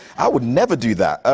i would never do that.